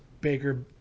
Baker